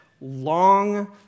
long